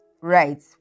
right